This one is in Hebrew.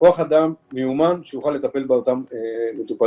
כוח אדם מיומן, שיוכל לטפל באותם מטופלים.